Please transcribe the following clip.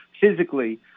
physically